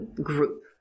group